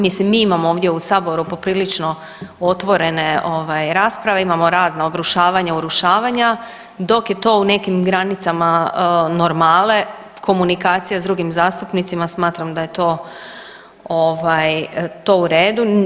Mislim mi imamo ovdje u Saboru poprilično otvorene rasprave, imamo razna obrušavanja, urušavanja dok je to u nekim granicama normale komunikacija sa drugim zastupnicima smatram da je to u redu.